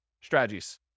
strategies